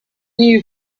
you